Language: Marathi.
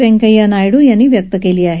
व्यंकय्या नायडू यांनी व्यक्त केली आहे